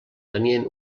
tenien